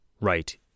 right